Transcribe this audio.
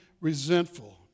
resentful